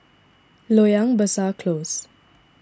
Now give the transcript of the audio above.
Loyang Besar Close